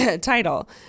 title